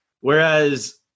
Whereas